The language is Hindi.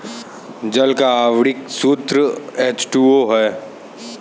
जल का आण्विक सूत्र एच टू ओ है